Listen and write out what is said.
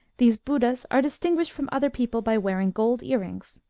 these budas are distinguished from other people by wearing gold ear-rings,